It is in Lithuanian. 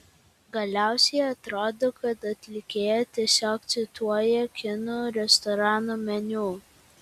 galiausiai atrodo kad atlikėja tiesiog cituoja kinų restorano meniu